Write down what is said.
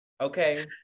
okay